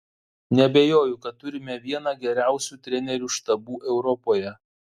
neabejoju kad turime vieną geriausių trenerių štabų europoje